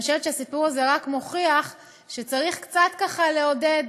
אני חושבת שהסיפור הזה רק מוכיח שצריך קצת לעודד,